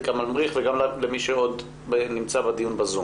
כמאל מריח וגם למי שנמצא בדיון בזום.